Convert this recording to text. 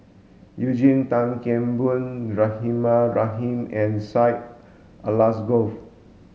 Eugene Tan Kheng Boon Rahimah Rahim and Syed Alsagoff